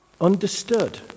understood